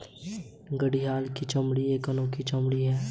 घड़ियाल की चमड़ी एक अनोखी चमड़ी है